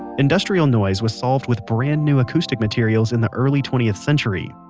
industrial noise was solved with brand new acoustic materials in the early twentieth century.